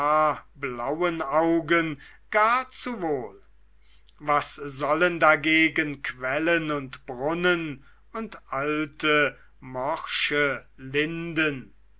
blauen augen gar zu wohl was sollen dagegen quellen und brunnen und alte morsche linden